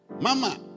Mama